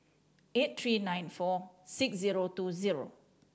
eight three nine four six zero two zero